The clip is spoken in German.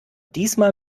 diesmal